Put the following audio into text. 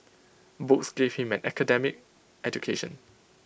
books gave him an academic education